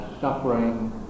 suffering